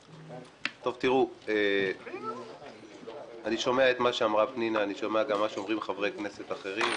אני שומע את מה שאמרה פנינה ומה שאומרים חברי כנסת אחרים.